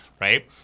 right